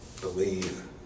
believe